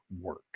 work